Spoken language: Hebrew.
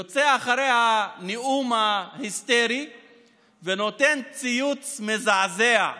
יוצא אחרי הנאום ההיסטרי ונותן ציוץ מזעזע.